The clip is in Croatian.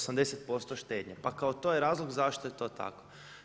80% štednja pa kao to je razlog zašto je to tako.